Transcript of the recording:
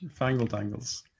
Fangledangles